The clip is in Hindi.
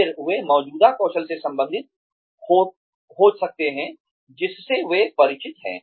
फिर वे मौजूदा कौशल से संबंधित हो सकते हैं जिससे वे परिचित हैं